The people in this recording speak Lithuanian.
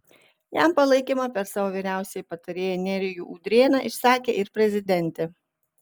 jam palaikymą per savo vyriausiąjį patarėją nerijų udrėną išsakė ir prezidentė